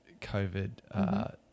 COVID